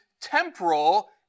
temporal